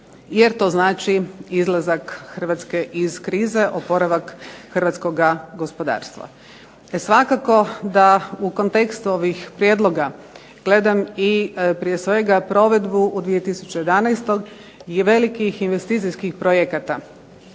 jer to znači izlazak Hrvatske iz krize, oporavak hrvatskog gospodarstva. Svakako da u kontekstu ovih prijedloga gledam i prije svega provedbu u 2011. i velikih investicijskih projekata